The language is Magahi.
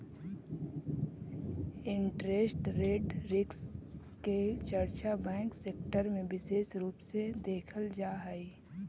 इंटरेस्ट रेट रिस्क के चर्चा बैंक सेक्टर में विशेष रूप से देखल जा हई